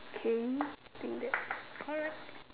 okay think that's alright